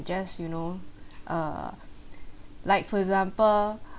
just you know err like for example